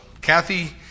Kathy